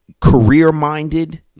career-minded